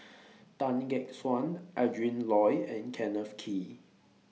Tan Gek Suan Adrin Loi and Kenneth Kee